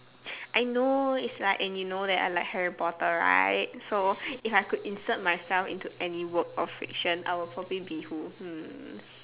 I know it's like and you know that I like Harry potter right so if I could inserted myself into any work of fiction I would probably be who hmm